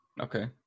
okay